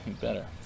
Better